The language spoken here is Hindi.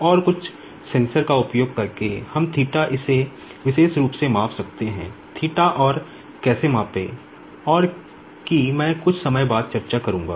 और कुछ सेंसर का उपयोग करके हम इसे विशेष रूप से माप सकते हैं और कैसे मापें और कि मैं कुछ समय बाद चर्चा करूंगा